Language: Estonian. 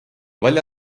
välja